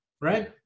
right